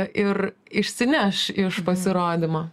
ir išsineš iš pasirodymo